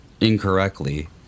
incorrectly